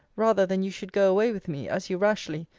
rather than you should go away with me, as you rashly,